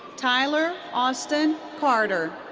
tyler austin carter.